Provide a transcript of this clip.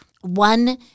One